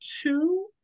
two